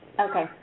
Okay